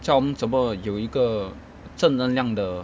教我们怎么有一个正能量的